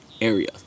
area